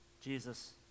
Jesus